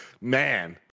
Man